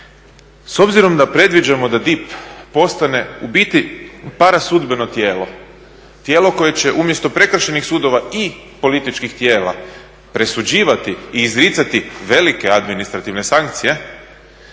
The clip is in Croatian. S obzirom da predviđamo da DIP postane u biti parasudbeno tijelo, tijelo koje će umjesto prekršajnih sudova i političkih tijela presuđivati i izricati velike administrativne sankcije